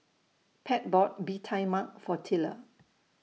Pat bought Bee Tai Mak For Tilla